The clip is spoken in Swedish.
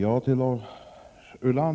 Herr talman!